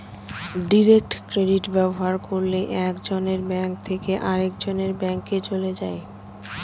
direct credit ব্যবহার করলে এক জনের ব্যাঙ্ক থেকে আরেকজনের ব্যাঙ্কে চলে যায়